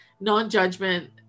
non-judgment